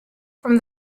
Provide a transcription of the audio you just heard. from